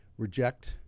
Reject